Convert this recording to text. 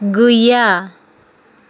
गैया